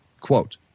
quote